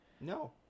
No